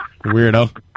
Weirdo